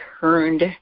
turned